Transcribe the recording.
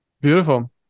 Beautiful